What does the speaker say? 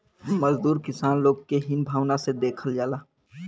मजदूर किसान लोग के हीन भावना से देखल जाला